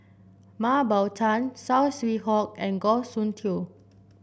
Mah Bow Tan Saw Swee Hock and Goh Soon Tioe